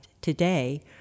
today